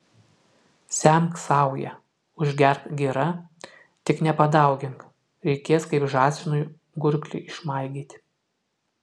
semk sauja užgerk gira tik nepadaugink reikės kaip žąsinui gurklį išmaigyti